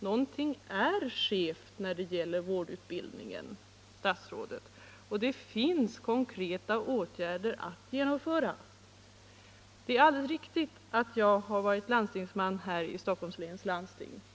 Någonting är skevt när det gäller vårdutbildningen, herr statsråd, och det finns konkreta åtgärder att genomföra. Det är alldeles riktigt att jag har varit landstingsledamot här i Stockholms län.